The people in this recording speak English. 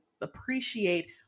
appreciate